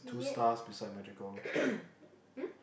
yeah um